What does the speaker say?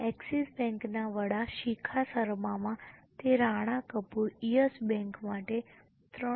axis બેંકના વડા શિખા શર્મામાં તે રાણા કપૂર યસ બેંક માટે 3